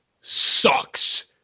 sucks